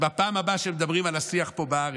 אז בפעם הבאה שמדברים על השיח פה בארץ,